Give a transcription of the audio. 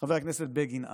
חבר הכנסת בגין אז?